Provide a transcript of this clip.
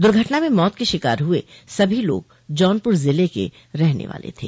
दुर्घटना में मौत के शिकार हुये सभी लोग जौनपुर ज़िले के रहने वाले थे